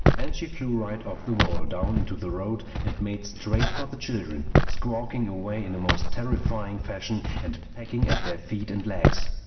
and she flew right off the wall down into the road and made straight for the children, squawking away in a most terrifying fashion and pecking at their feet and legs.